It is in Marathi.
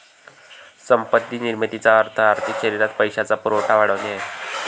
संपत्ती निर्मितीचा अर्थ आर्थिक शरीरात पैशाचा पुरवठा वाढवणे आहे